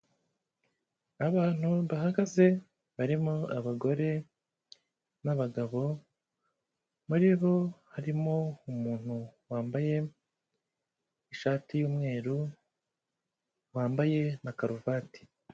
Abantu bahagaze barimo abagore n'abagabo, muri bo harimo umuntu wambaye ishati y'umweru, wambaye na karuvati.